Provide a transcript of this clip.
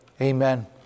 amen